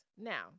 Now